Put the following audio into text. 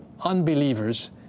unbelievers